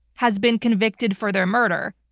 has been convicted for their murder.